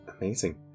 Amazing